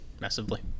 massively